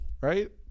right